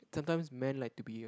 sometimes men like to be